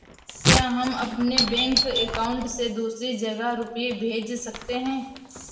क्या हम अपने बैंक अकाउंट से दूसरी जगह रुपये भेज सकते हैं?